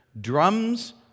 drums